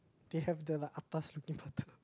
they have the like atas looking butter